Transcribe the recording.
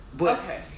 Okay